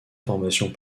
formations